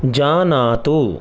जानातु